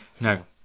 no